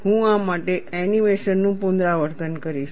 હું આ માટે એનિમેશન નું પુનરાવર્તન કરીશ